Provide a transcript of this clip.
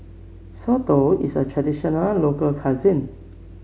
soto is a traditional local cuisine